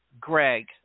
Greg